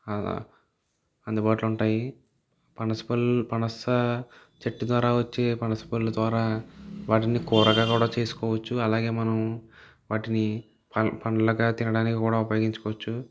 అందుబాటులో ఉంటాయి పనస పళ్ళు పనస చెట్టు ద్వారా వచ్చే పనస పళ్ళు ద్వారా వాటిని కూరగా కూడా చేసుకోవచ్చు అలాగే మనం వాటిని పళ్ళగా కూడా తినడానికి ఉపయోగించుకోవచ్చు